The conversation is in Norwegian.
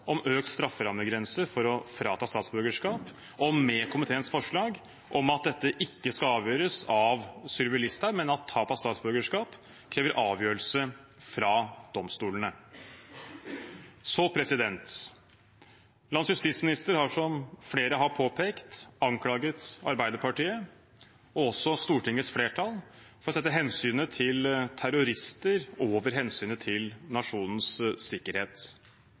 om økt strafferammegrense for å frata statsborgerskap og for komiteens forslag til vedtak om at dette ikke skal avgjøres av Sylvi Listhaug, men at tap av statsborgerskap krever avgjørelse fra domstolene. Landets justisminister har, som flere har påpekt, anklaget Arbeiderpartiet og også Stortingets flertall for å sette hensynet til terrorister over hensynet til nasjonens sikkerhet.